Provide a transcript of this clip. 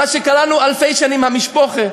מה שקראנו אלפי שנים "המשפוחה".